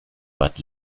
but